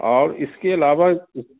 اور اِس کے علاوہ